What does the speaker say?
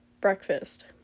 breakfast